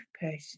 person